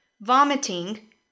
vomiting